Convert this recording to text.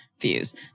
views